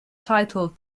title